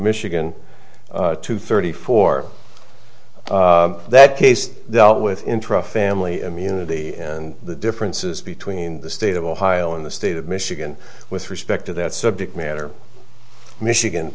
michigan two thirty four that case dealt with intra family immunity and the differences between the state of ohio and the state of michigan with respect to that subject matter michigan